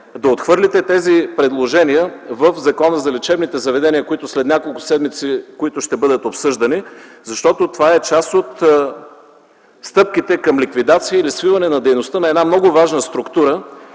в предложения за промяна в Закона за лечебните заведения, които след няколко седмици ще бъдат обсъждани, защото това е част от стъпките към ликвидация или свиване на дейността на една много важна структура,